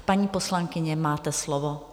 Paní poslankyně, máte slovo.